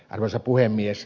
arvoisa puhemies